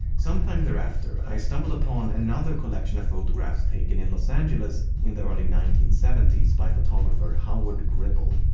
sometime thereafter, i stumbled upon another collection of photographs taken in los angeles in the early nineteen seventy s by photographer howard gribble.